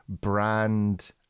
brand